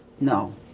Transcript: No